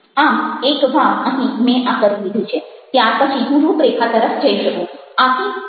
આમ એક વાર અહીં મેં આ કરી લીધું છે ત્યાર પછી હું રૂપરેખા તરફ જઈ શકું